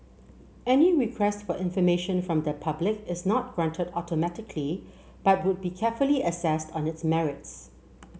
any request for information from the public is not granted automatically but would be carefully assessed on its merits